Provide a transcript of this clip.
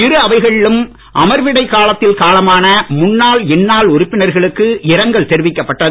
இரு அவைகளிலும் அமர்விடைக் காலத்தில் காலமான முன்னாள் இந்நாள் உறுப்பினர்களுக்கு இரங்கல் தெரிவிக்கப்பட்டது